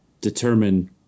determine